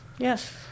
yes